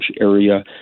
area